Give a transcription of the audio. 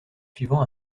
suivant